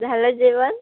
झालं जेवण